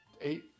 eight